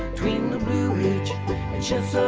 tween the blue ridge